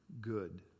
good